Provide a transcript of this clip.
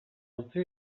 utzi